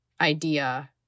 idea